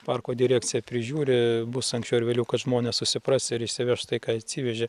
parko direkcija prižiūri bus anksčiau ar vėliau kad žmonės susipras ir išsiveš tai ką atsivežė